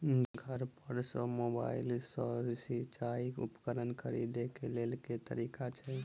घर पर सऽ मोबाइल सऽ सिचाई उपकरण खरीदे केँ लेल केँ तरीका छैय?